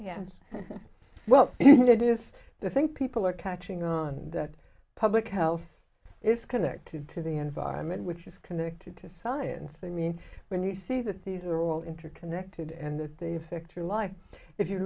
yes well it is the think people are catching on that public health is connected to the environment which is connected to science i mean when you see that these are all interconnected and they affect your life if you